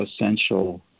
essential